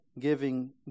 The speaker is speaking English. giving